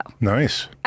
Nice